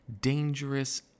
dangerous